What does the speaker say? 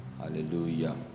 hallelujah